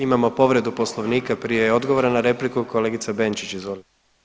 Imamo povredu Poslovnika prije odgovora na repliku, kolegica Benčić, izvolite.